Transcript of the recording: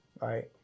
Right